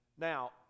Now